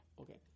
Okay